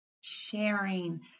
sharing